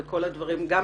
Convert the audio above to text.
גם את הפרוטוקול,